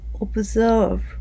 observe